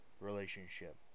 relationship